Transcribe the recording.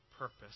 purpose